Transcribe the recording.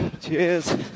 Cheers